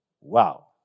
Wow